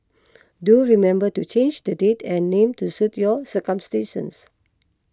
do remember to change the date and name to suit your circumstances